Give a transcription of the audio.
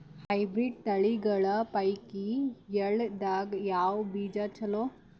Hybrid ತಳಿಗಳ ಪೈಕಿ ಎಳ್ಳ ದಾಗ ಯಾವ ಬೀಜ ಚಲೋ?